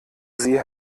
sie